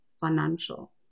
financial